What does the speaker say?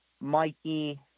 Mikey